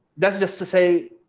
that's just to say,